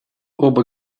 оба